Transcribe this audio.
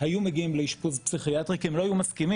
היו מגיעים לאשפוז פסיכיאטרי כי הם לא היו מסכימים,